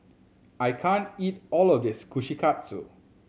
I can't eat all of this Kushikatsu